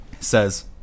Says